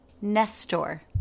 Nestor